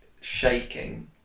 shaking